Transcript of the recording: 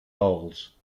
dolls